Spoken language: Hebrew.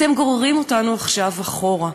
אתם גוררים אותנו עכשיו אחורה.